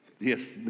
Yes